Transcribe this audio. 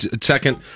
Second